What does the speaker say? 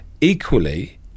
Equally